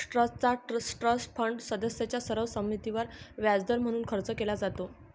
ट्रस्टचा trust fund सदस्यांच्या सर्व संमतीवर व्याजदर म्हणून खर्च केला जातो